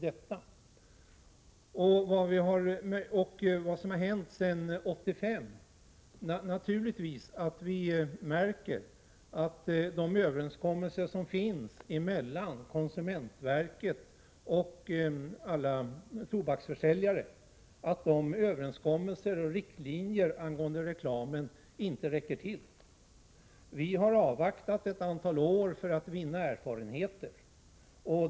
Sedan 1985 har vi naturligtvis märkt att de överenskommelser som finns mellan konsumentverket och alla tobaksförsäljare och de riktlinjer som finns angående reklamen inte räcker till. Vi har avvaktat ett antal år för att vinna erfarenheter.